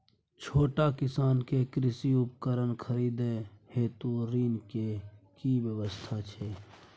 छोट किसान के कृषि उपकरण खरीदय हेतु ऋण के की व्यवस्था छै?